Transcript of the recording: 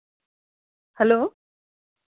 hello